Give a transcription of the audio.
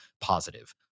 positive